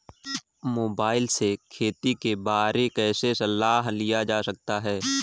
Mobile से खेती के बारे कैसे सलाह लिया जा सकता है?